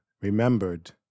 remembered